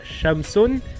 shamsun